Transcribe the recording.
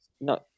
No